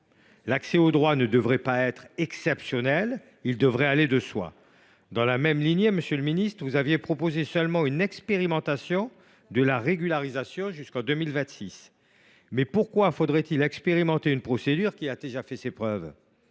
l’accès au droit ne devrait pas être exceptionnel, il devrait aller de soi ! Dans la même ligne, monsieur le ministre, vous avez proposé une expérimentation de la régularisation jusqu’en 2026. Pourquoi expérimenter une procédure qui a déjà fait ses preuves ?